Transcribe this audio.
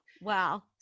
Wow